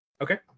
Okay